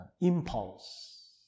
impulse